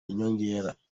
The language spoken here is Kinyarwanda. inyongera